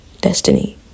destiny